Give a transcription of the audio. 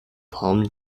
palm